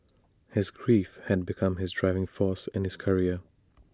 his grief had become his driving force in his career